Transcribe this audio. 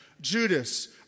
Judas